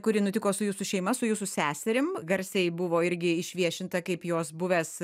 kuri nutiko su jūsų šeima su jūsų seserim garsiai buvo irgi išviešinta kaip jos buvęs